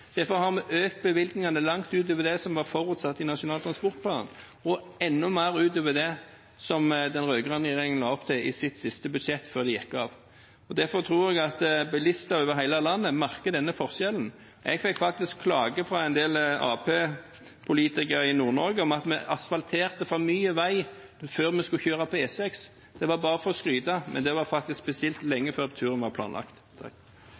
Derfor har vi økt bevilgningene langt utover det som var forutsatt i Nasjonal transportplan, og enda mer utover det som den rød-grønne regjeringen la opp til i sitt siste budsjett før de gikk av. Derfor tror jeg at bilister over hele landet merker denne forskjellen. Jeg fikk faktisk klager fra en del Arbeiderparti-politikere i Nord-Norge om at vi asfalterte for mye vei før vi skulle kjøre på E6. Det var bare for å skryte, men det var faktisk bestilt lenge før turen ble planlagt.